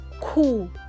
cool